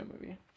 movie